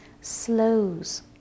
slows